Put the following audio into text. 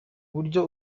buryo